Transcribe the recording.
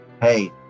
hey